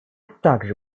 также